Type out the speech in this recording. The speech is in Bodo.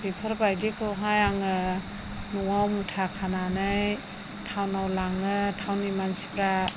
बेफोरबायदिखौहाय आङो न'आव मुथा खानानै टाउनाव लाङो टाउननि मानसिफ्रा